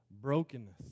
brokenness